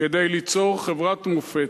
כדי ליצור חברת מופת.